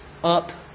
up